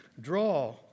draw